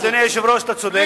אדוני היושב-ראש, אתה צודק.